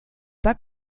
pas